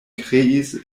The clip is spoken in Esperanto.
kreis